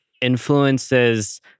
influences